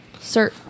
sir